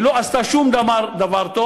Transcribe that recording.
היא לא עשתה שום דבר טוב.